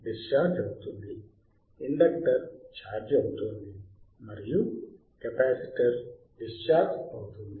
discharge అవుతుంది inductor charge అవుతోంది మరియు కెపాసిటర్ డిశ్చార్జ్ అవుతుంది